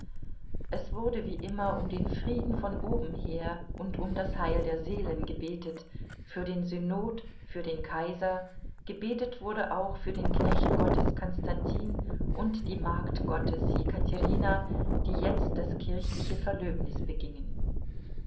es wurde wie immer um den frieden von oben her und um das heil der seelen gebetet für den synod für den kaiser gebetet wurde auch für den knecht gottes konstantin und die magd gottes jekaterina die jetzt das kirchliche verlöbnis begingen